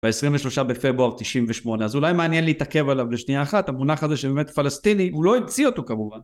ב-23 בפברואר 98, אז אולי מעניין להתעכב עליו לשנייה אחת. המונח הזה שבאמת פלסטיני, הוא לא המציא אותו כמובן.